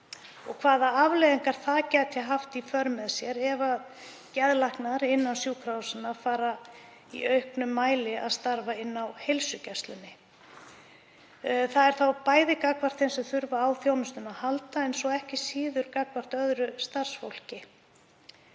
og hvaða afleiðingar það gæti haft í för með sér ef geðlæknar innan sjúkrahúsanna fara í auknum mæli að starfa á heilsugæslunni. Það er þá bæði gagnvart þeim sem þurfa á þjónustunni að halda en ekki síður gagnvart öðru starfsfólki.